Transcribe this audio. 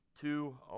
two